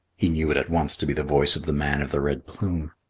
he knew it at once to be the voice of the man of the red plume.